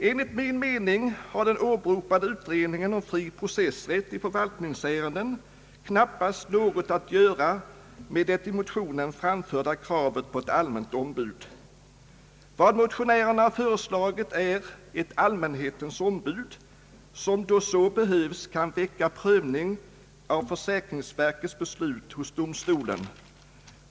Enligt min mening har den åberopade utredningen om fri processrätt i förvaltningsärenden knappast något att göra med det i motionen framförda kravet på ett allmänt ombud. Vad motionärerna föreslagit är ett allmänhetens ombud som när så behövs kan väcka prövning av försäkringsverkets beslut hos domstolen.